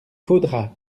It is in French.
faudra